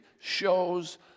shows